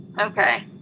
Okay